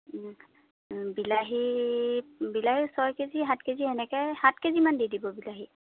বিলাহী বিলাহী ছয় কেজি সাত কেজি এনেকৈ সাত কেজিমান দি দিব বিলাহী